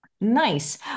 Nice